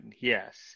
Yes